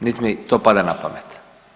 Niti mi to pada na pamet.